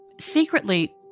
Secretly